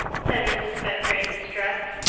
said mrs. spencer in distress.